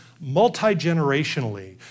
multi-generationally